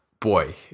boy